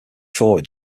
forward